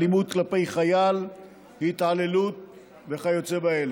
אלימות כלפי חייל, התעללות וכיוצא באלה.